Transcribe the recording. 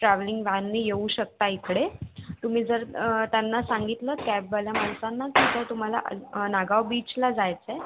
travelling वॅनने येऊ शकता इकडे तुम्ही जर त्यांना सांगितलं कॅबवाल्या माणसांना की तो तुम्हाला नागाव बीचला जायचं आहे